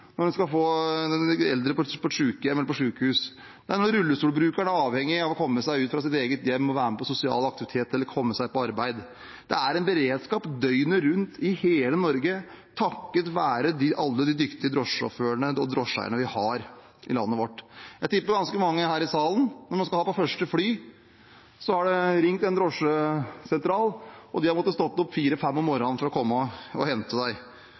når man skal få transportert eldre til sykehjem eller sykehus, det er transport rullestolbrukeren er avhengig av for å komme seg ut av sitt hjem for å være med på sosiale aktiviteter eller komme seg på arbeid. Det er en beredskap døgnet rundt i hele Norge takket være alle de dyktige drosjesjåførene og drosjeeierne vi har i landet vårt. Jeg tipper det er ganske mange her i salen som har reist med første fly, og som har ringt en drosjesentral, og de har måttet stå opp kl. 04–05 om morgenen for å komme og